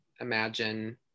imagine